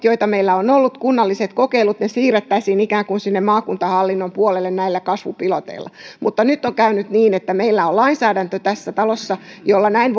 joita meillä on ollut kunnalliset kokeilut siirrettäisiin ikään kuin sinne maakuntahallinnon puolelle näillä kasvupiloteilla mutta nyt on käynyt niin että meillä on tässä talossa lainsäädäntö jolla näin